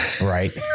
Right